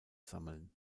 sammeln